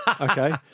Okay